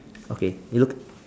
okay you look